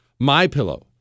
MyPillow